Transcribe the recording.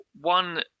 one